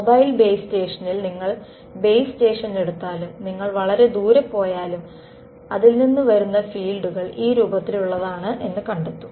mobile base സ്റ്റേഷനിൽ നിങ്ങൾ base station എടുത്താലും നിങ്ങൾ വളരെ ദൂരെ പോയാലും അതിൽ നിന്ന് വരുന്ന ഫീൽഡുകൾ ഈ രൂപത്തിലുള്ളതാണെന്ന് കണ്ടെത്തും